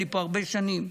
אני פה הרבה שנים.